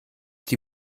die